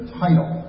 title